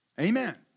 Amen